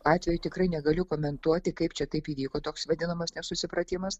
atveju tikrai negaliu komentuoti kaip čia taip įvyko toks vadinamas nesusipratimas